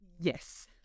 Yes